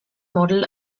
model